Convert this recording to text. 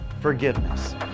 forgiveness